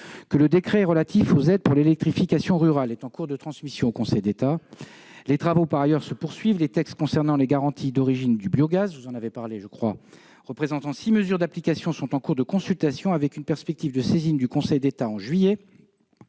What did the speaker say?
que le décret relatif aux aides pour l'électrification rurale est en cours de transmission au Conseil d'État. Les travaux se poursuivent par ailleurs. Les textes concernant les garanties d'origine du biogaz représentant six mesures d'application sont en cours de consultation, avec une perspective de saisine du Conseil d'État en juillet.